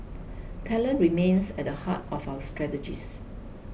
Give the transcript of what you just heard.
talent remains at the heart of our strategies